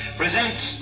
presents